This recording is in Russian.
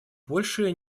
больше